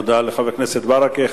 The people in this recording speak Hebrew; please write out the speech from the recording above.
תודה רבה לחבר הכנסת ברכה.